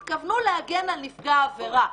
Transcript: התכוונו להגן על נפגע עבירה.